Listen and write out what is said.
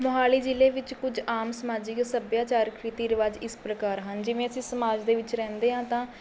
ਮੋਹਾਲੀ ਜ਼ਿਲ੍ਹੇ ਵਿੱਚ ਕੁਝ ਆਮ ਸਮਾਜਿਕ ਸੱਭਿਆਚਾਰਕ ਰੀਤੀ ਰਿਵਾਜ ਇਸ ਪ੍ਰਕਾਰ ਹਨ ਜਿਵੇਂ ਅਸੀਂ ਸਮਾਜ ਦੇ ਵਿੱਚ ਰਹਿੰਦੇ ਹਾਂ ਤਾਂ